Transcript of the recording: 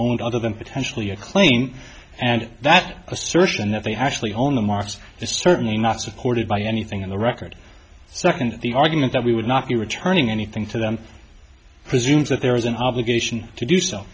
owned other than potentially a claim and that assertion that they actually own the marks is certainly not supported by anything in the record second the argument that we would not be returning anything to them presumes that there is an obligation to do so